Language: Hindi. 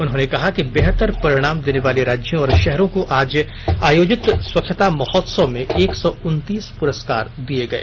उन्होंने कहा कि बेहतर परिणाम देने वाले राज्यों और शहरों को आज आयोजित स्वच्छता महोत्संव में एक सौ उनतीस पुरस्कार दिए गए